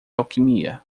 alquimia